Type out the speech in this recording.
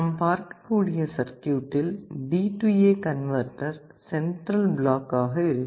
நாம் பார்க்கக்கூடிய சர்க்யூட்டில் DA கன்வேர்டர் சென்ட்ரல் பிளாக் ஆக இருக்கும்